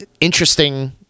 interesting